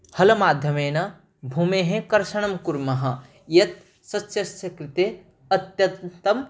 हलमाध्यमेन भूमेः कर्षणं कुर्मः यत् सस्यस्य कृते अत्यन्तम्